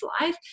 life